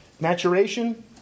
Maturation